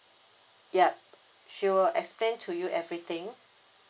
yup she will explain to you everything